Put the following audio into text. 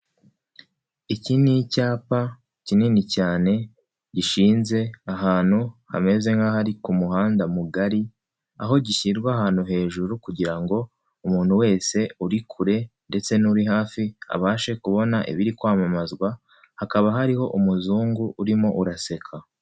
iki ni icyapa kinini cyane gishinze ahantu hameze nk'ahari ku muhanda mugari aho gishyirwa ahantu hejuru kugira ngo umuntu wese uri kure ndetse nuri hafi abashe kubona ibiri kwamamazwa hakaba hariho umuzungu urimo uraseka